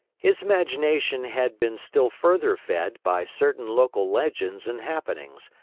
his imagination had been still further fed by certain local legends and happenings,